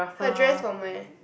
her dress from where